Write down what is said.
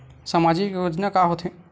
सामाजिक योजना का होथे?